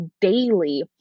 daily